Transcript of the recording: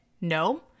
No